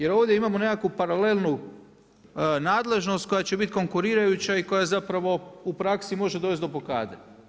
Jer ovdje imamo nekakvu paralelnu nadležnost koja će biti konkurirajuća i koja zapravo u praksi može dovesti do blokade.